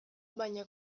baina